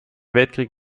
weltkrieg